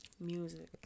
Music